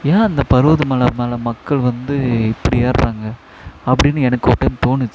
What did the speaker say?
ஏன் அந்த பர்வதமல மேலே மக்கள் வந்து இப்படி ஏர்றாங்க அப்படின்னு எனக்கு ஒரு டைம் தோணுச்சு